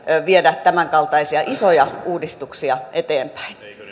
viedä tämänkaltaisia isoja uudistuksia eteenpäin